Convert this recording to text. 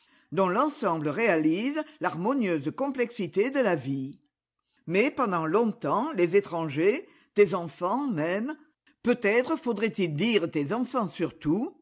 dont l'ensemble réalise l'harmonieuse complexité de la vie mais pendant longtemps les étrangers tes enfants même peut-être faudrait-il dire tes enfants surtout